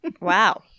Wow